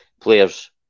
Players